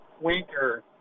Winker